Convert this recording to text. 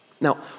Now